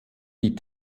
die